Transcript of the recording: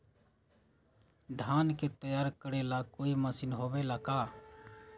धान के तैयार करेला कोई मशीन होबेला का?